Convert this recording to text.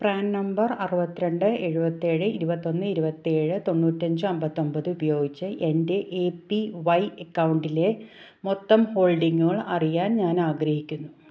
PRAN number അറുപത്തിരണ്ട് എഴുപത്തേഴ് ഇരുപത്തൊന്ന് ഇരുപത്തേഴ് തൊണ്ണൂറ്റഞ്ച് അമ്പത്തൊമ്പത് ഉപയോഗിച്ച് എൻ്റെ എ പി വൈ അക്കൗണ്ടിലെ മൊത്തം ഹോൾഡിംഗുകൾ അറിയാൻ ഞാൻ ആഗ്രഹിക്കുന്നു